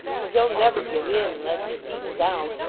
for he'll never give in unless he's beaten down.